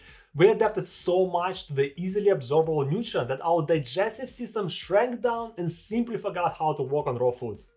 we adapted so much to the easily absorbable nutrients that our digestive system shrank down and simply forgot how to work on raw food.